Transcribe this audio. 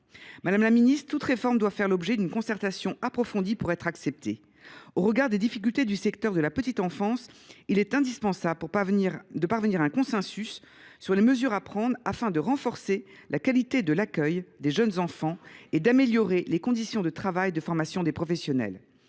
Madame la ministre, toute réforme doit faire l’objet d’une concertation approfondie pour être acceptée. Au regard des difficultés du secteur, il est indispensable de parvenir à un consensus sur les mesures à prendre afin de renforcer la qualité de l’accueil des jeunes enfants et d’améliorer les conditions de travail et de formation des professionnels.